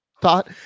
thought